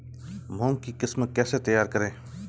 मूंग की किस्म कैसे तैयार करें?